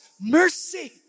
mercy